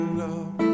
love